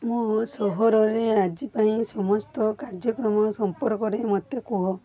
ମୋ ସହରରେ ଆଜି ପାଇଁ ସମସ୍ତ କାର୍ଯ୍ୟକ୍ରମ ସମ୍ପର୍କରେ ମୋତେ କୁହ